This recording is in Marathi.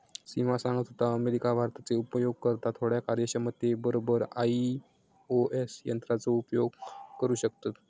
सिमा सांगत होता, अमेरिका, भारताचे उपयोगकर्ता थोड्या कार्यक्षमते बरोबर आई.ओ.एस यंत्राचो उपयोग करू शकतत